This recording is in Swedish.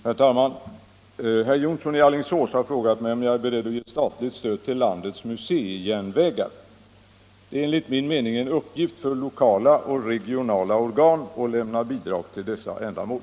Herr talman! Herr Jonsson i Alingsås har frågat mig om jag är beredd att ge statligt stöd till landets museijärnvägar. Det är enligt min mening en uppgift för lokala och regionala organ att lämna bidrag till dessa ändamål.